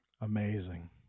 Amazing